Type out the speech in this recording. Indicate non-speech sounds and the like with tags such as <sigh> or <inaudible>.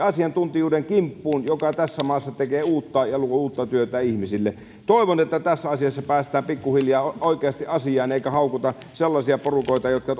<unintelligible> asiantuntijuuden kimppuun joka tässä maassa tekee ja luo uutta työtä ihmisille toivon että tässä asiassa päästään pikkuhiljaa oikeasti asiaan eikä haukuta sellaisia porukoita jotka <unintelligible>